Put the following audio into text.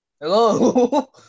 Hello